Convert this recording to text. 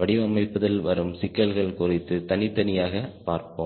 வடிவமைப்பதில் வரும் சிக்கல்கள் குறித்து தனித்தனியாக பார்ப்போம்